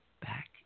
back